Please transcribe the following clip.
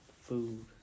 food